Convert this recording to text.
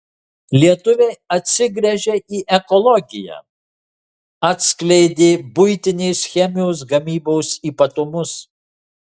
lietuviai atsigręžia į ekologiją atskleidė buitinės chemijos gamybos ypatumus